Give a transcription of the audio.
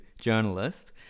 journalist